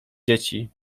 dzieci